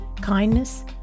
Kindness